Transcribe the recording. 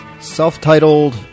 self-titled